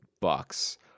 bucks